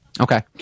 Okay